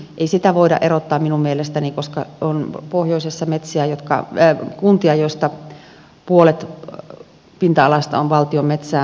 ei sitä voida erottaa minun mielestäni koska pohjoisessa on kuntia joiden pinta alasta puolet on valtion metsää